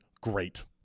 great